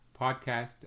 podcast